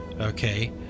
okay